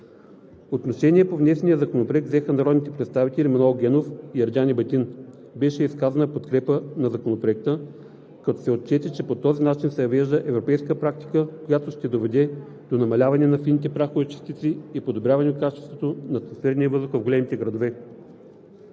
Отношение по внесения законопроект взеха народните представители Манол Генов и Ерджан Ебатин. Беше изказана подкрепа на Законопроекта, като се отчете, че по този начин се въвежда европейска практика, която ще доведе до намаляване на фините прахови частици и подобряване качеството на атмосферния въздух в големите градове.